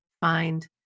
find